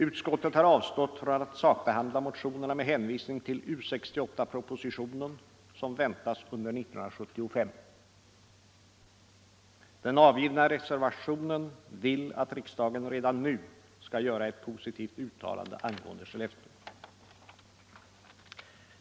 Utskottet har avstått från att sakbehandla motionerna med hänvisning till U 68-propositionen som väntas under 1975. Den avgivna reservationen syftar till att riksdagen redan nu skall göra ett positivt uttalande angående Skellefteå.